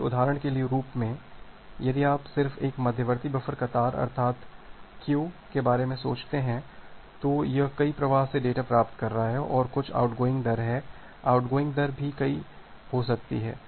इसलिए एक उदाहरण के रूप में यदि आप सिर्फ एक मध्यवर्ती बफर कतार अर्थार्त क्यू के बारे में सोचते हैं तो यह कई प्रवाह से डेटा प्राप्त कर रहा है और कुछ आउटगोइंग दर है आउटगोइंग दर भी कई हो सकती है